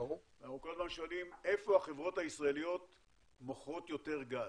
אנחנו כל הזמן שואלים איפה החברות הישראליות מוכרות יותר גז.